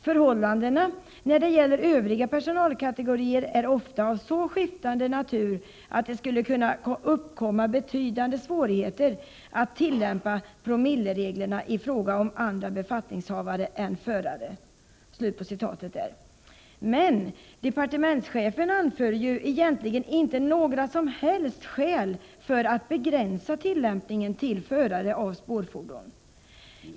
Förhållandena när det gäller övriga personalkategorier är ofta av så skiftande natur att det skulle kunna uppkomma betydande svårigheter att tillämpa ”promillereglerna” i fråga om andra befattningshavare än förare.” Men departementschefen anför egentligen inte några som helst skäl för att begränsa tillämpningen till förare av spårfordon.